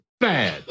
Bad